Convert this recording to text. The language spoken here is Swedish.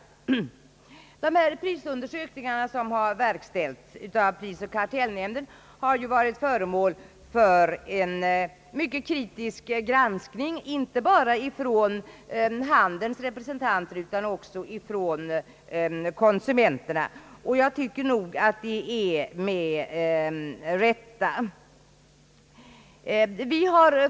De prisundersökningar som har verkställts av prisoch kartellnämnden har ju varit föremål för en mycket kritisk granskning inte bara från handelns representanter, utan också från konsumenterna — jag tycker nog med rätta.